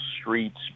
streets